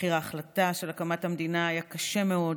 מחיר ההחלטה של הקמת המדינה היה קשה מאוד,